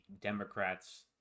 democrats